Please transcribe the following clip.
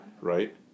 right